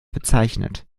bezeichnet